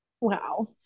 Wow